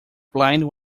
blind